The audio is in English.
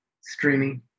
streaming